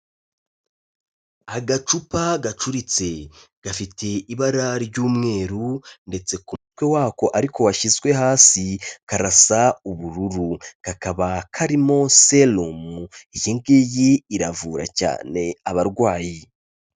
Agacupa gacuritse gafite ibara ry'umweru ndetse ku mutwe wako ariko washyizwe hasi karasa ubururu, kakaba karimo serumu, iyi ngiyi iravura cyane abarwayi.